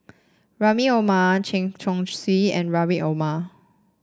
Rahim Omar Chen Chong Swee and Rahim Omar